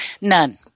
None